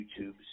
YouTubes